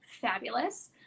fabulous